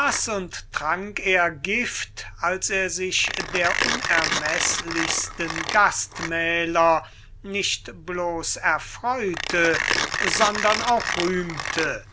und trank er gift als er sich der unermeßlichsten gastmähler nicht blos erfreute sondern auch rühmte